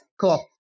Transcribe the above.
Cool